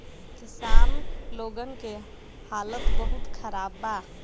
किसान लोगन के हालात बहुत खराब बा